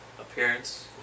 appearance